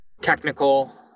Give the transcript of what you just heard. technical